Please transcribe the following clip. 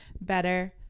better